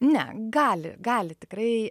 ne gali gali tikrai